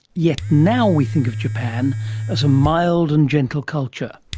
yet now we think of japan as a mild and gentle culture.